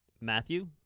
matthew